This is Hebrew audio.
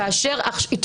ולדימיר.